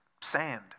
sand